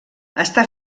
està